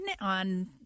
on